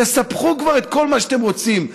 תספחו כבר את כל מה שאתם רוצים.